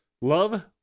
Love